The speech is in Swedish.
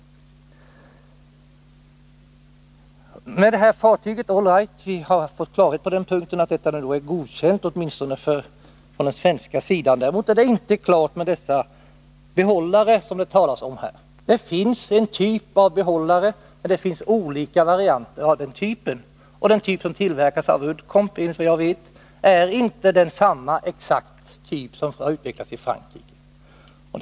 När det gäller specialfartygen har vi nu fått klarhet om att de har godkänts från svensk sida. Däremot är det inte klart om de behållare som det talas om här är godkända. Det finns en typ av behållare, men det finns olika varianter av den typen, och den typ som tillverkas av Uddcomb är såvitt jag vet inte exakt samma typ som den som har utvecklats i Frankrike.